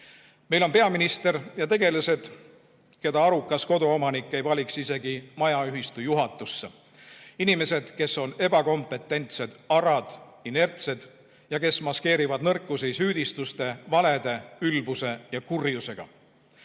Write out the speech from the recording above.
Meil on peaminister ja tegelased, keda arukas koduomanik ei valiks isegi majaühistu juhatusse. Inimesed, kes on ebakompetentsed, arad, inertsed ja kes maskeerivad nõrkusi süüdistuste, valede, ülbuse ja kurjusega.